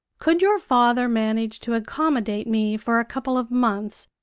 could your father manage to accommodate me for a couple of months,